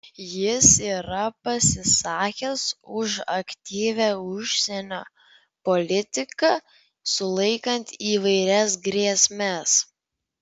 jis yra pasisakęs už aktyvią užsienio politiką sulaikant įvairias grėsmes